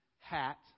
hat